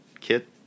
Kit